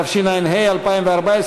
התשע"ה 2014,